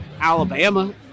Alabama